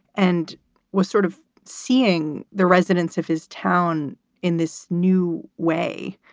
and we're sort of seeing the residents of his town in this new way.